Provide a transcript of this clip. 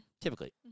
Typically